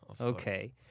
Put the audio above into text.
Okay